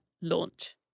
launch